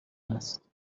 هست